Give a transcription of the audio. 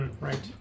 right